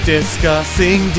Discussing